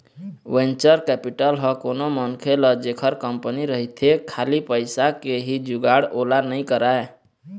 venture capital ह कोनो मनखे ल जेखर कंपनी रहिथे खाली पइसा के ही जुगाड़ ओला नइ कराय